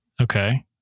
Okay